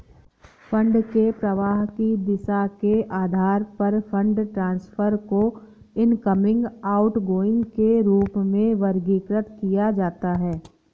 fund के प्रवाह की दिशा के आधार पर फंड ट्रांसफर को इनकमिंग, आउटगोइंग के रूप में वर्गीकृत किया जाता है